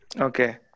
Okay